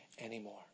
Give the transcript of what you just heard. anymore